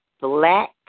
black